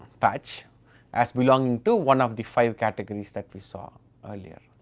patch as belonging to one of the five categories that we saw earlier,